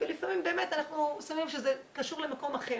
לפעמים באמת אנחנו שמים לב שזה קשור למקום אחר,